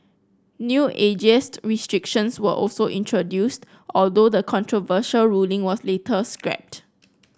new ageist restrictions were also introduced although the controversial ruling was later scrapped